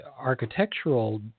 architectural